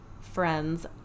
friends